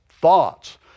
thoughts